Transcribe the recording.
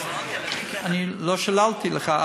לא שללתי לך,